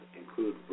include